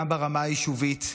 גם ברמה היישובית,